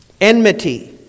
Enmity